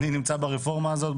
אני נמצא ברפורמה הזאת,